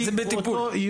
בטיפול.